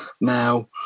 now